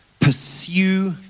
pursue